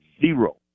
Zero